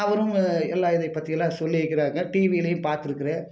அவரும் எல்லா இதை பற்றியும் எல்லா சொல்லி இருக்கிறாங்க டிவிலேயும் பார்த்துருக்குறேன்